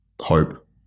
hope